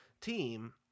team